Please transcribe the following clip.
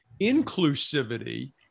inclusivity